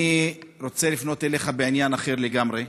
אני רוצה לפנות אליך בעניין אחר לגמרי.